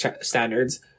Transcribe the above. standards